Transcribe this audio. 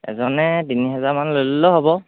এজনে তিনি হজাৰমান লৈ ল'লেও হ'ব